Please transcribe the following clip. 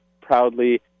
proudly